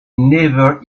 never